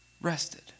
rested